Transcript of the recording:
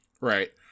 Right